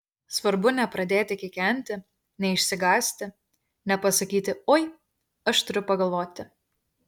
svarbu nepradėti kikenti neišsigąsti nepasakyti oi aš turiu pagalvoti